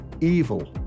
evil